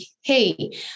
Hey